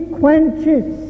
quenches